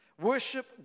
Worship